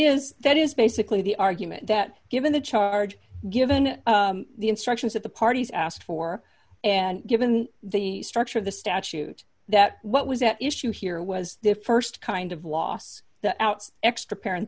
is that is basically the argument that given the charge given the instructions that the parties asked for and given the structure of the statute that what was at issue here was the st kind of loss that out extra parents